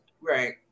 right